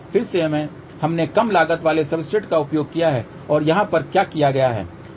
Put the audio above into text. फिर से हमने कम लागत वाले सब्सट्रेट का उपयोग किया है और यहाँ पर क्या किया गया है